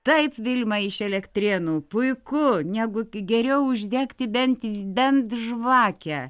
taip vilma iš elektrėnų puiku negu geriau uždegti bent bent žvakę